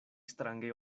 strange